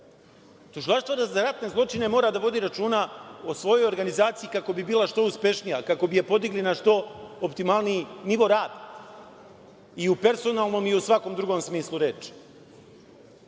Srbiji? Tužilaštvo za ratne zločine mora da vodi računa o svojoj organizaciji kako bi bila što uspešnija, kako bi je podigli na što optimalniji nivo rada, i u personalnom, i u svakom drugom smislu